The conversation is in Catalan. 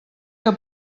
que